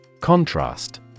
Contrast